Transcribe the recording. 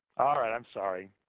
all right, i'm sorry.